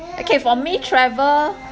okay for me travel